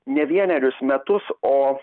ne vienerius metus o